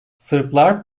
sırplar